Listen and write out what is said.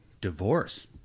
Divorce